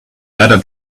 letter